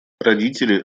родители